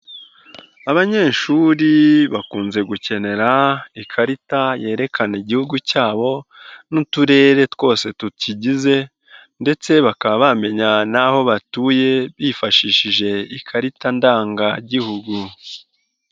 Abanyeshuri bakunze gukenera ikarita yerekana Igihugu cyabo n'uturere twose tukigize ndetse bakaba bamenya n'aho batuye bifashishije ikarita ndangagihugu.